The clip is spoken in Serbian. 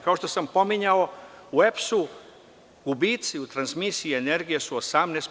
Kao što sam pominjao, u EPS-u gubici u transmisiji energije su 18%